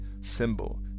symbol